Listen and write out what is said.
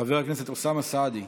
חבר הכנסת אוסאמה סעדי,